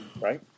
right